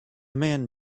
man